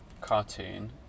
cartoon